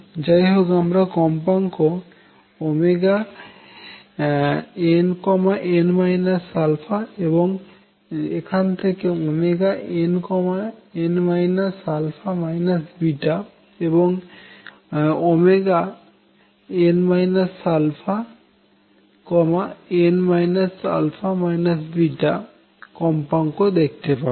যাইহোক আমরা কম্পাঙ্ক nn α এবং এখান থেকে nn α β এবং n α n α β কম্পাঙ্ক আমরা দেখতে পাবো